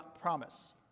promise